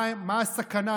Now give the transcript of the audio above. מה הסכנה,